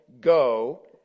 go